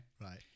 right